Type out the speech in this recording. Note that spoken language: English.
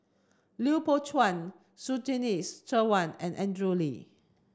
Lui Pao Chuen Surtini Sarwan and Andrew Lee